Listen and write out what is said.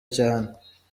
cyane